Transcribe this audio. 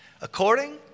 According